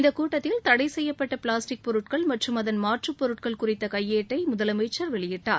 இந்த கூட்டத்தில் தடை செய்யப்பட்ட பிளாஸ்டிக் பொருட்கள் மற்றும் அதன் மாற்றுப் பொருட்கள் குறித்த கையேட்டை முதலமைச்சர் வெளியிட்டார்